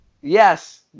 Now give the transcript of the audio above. Yes